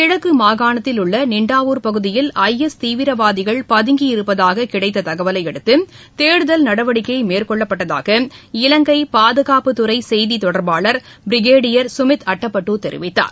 கிழக்குமாகாணத்தில் உள்ளநின்டாவூர் பகுதியில் ஐஎஸ் தீவிரவாதிகள் பதங்கியிருப்பதாகக் கிடைத்தகவலைஅடுத்து தேடுதல் நடவடிக்கைமேற்கொள்ளப்பட்டதாக இலங்கைபாதகாப்புத் துறைசெய்தித் தொடர்பாளர் பிரிக்ஷேயர் சுமித் அட்டப்பட்டுதெரிவித்தார்